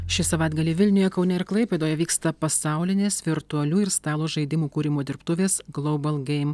šį savaitgalį vilniuje kaune ir klaipėdoje vyksta pasaulinės virtualių ir stalo žaidimų kūrimo dirbtuvės global geim